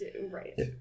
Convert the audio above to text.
Right